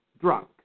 Drunk